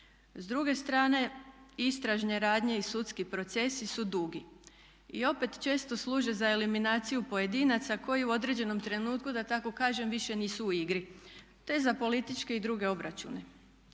S druge strane, istražne radnje i sudski procesi su dugi. I opet često služe za eliminaciju pojedinaca koji u određenom trenutku da tako kažem više nisu u igri, te za političke i druge obračune.